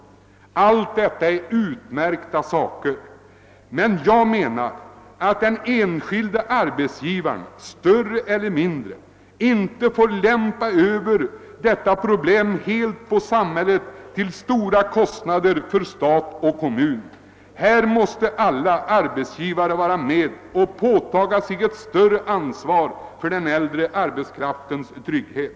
Alla sådana åtgärder är utmärkta, men jag menar att den enskilde arbetsgivaren, större eller mindre, inte får helt på samhället lämpa över detta problem, till stora kostnader för stat och kommun. Här måste alla arbetsgivare vara med och ta på sig ett ökat ansvar för den äldre arbetskraftens trygghet.